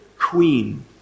queen